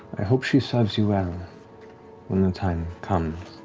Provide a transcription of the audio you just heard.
i hope she serves you well when the time comes.